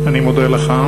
אני מודה לך.